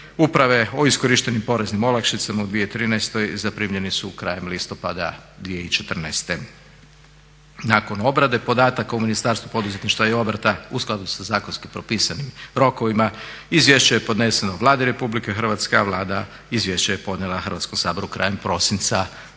uprave o iskorištenim poreznim olakšicama u 2013. zaprimljeni su krajem listopada 2014. Nakon obrade podataka u Ministarstvu poduzetništva i obrta u skladu sa zakonski propisanim rokovima izvješće je podneseno Vladi Republike Hrvatske a Vlada izvješće je podnijela Hrvatskom saboru krajem prosinca